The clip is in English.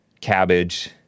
cabbage